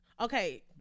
Okay